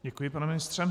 Děkuji, pane ministře.